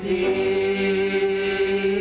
the